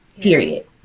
Period